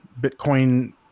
Bitcoin